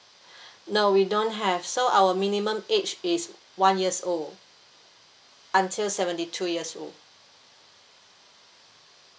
no we don't have so our minimum age is one years old until seventy two years old